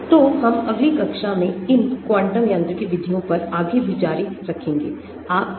तो हम अगली कक्षा में इन क्वांटम यांत्रिकी विधियों पर आगे भी जारी रखेंगेआपका बहुत धन्यवाद समय देने के लिए